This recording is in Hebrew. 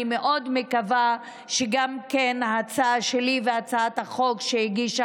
אני מאוד מקווה שגם ההצעה שלי והצעת החוק שהגישה